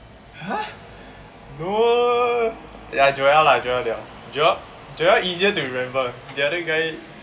!huh! no ya joel lah joel they all joel joel easier to remember the other guy